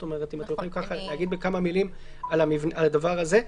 את יכולה לומר כמה מילים על הדבר הזה.